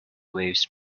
waves